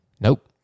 Nope